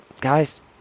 guys